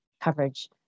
coverage